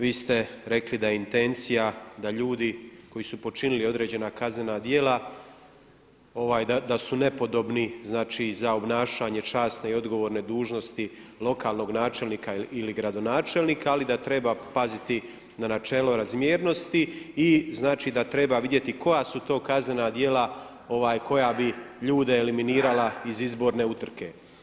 Vi ste rekli da je intencija da ljudi koji su počinili određena kaznena djela da su nepodobni, znači za obnašanje časne i odgovorne dužnosti lokalnog načelnika ili gradonačelnika, ali da treba paziti na načelo razmjernosti i znači da treba vidjeti koja su to kaznena djela koja bi ljude eliminirala iz izborne utrke.